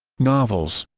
novels